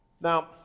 Now